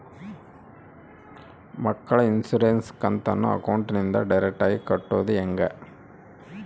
ಮಕ್ಕಳ ಇನ್ಸುರೆನ್ಸ್ ಕಂತನ್ನ ಅಕೌಂಟಿಂದ ಡೈರೆಕ್ಟಾಗಿ ಕಟ್ಟೋದು ಹೆಂಗ?